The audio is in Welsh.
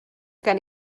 gen